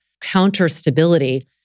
counter-stability